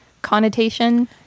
Connotation